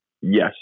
yes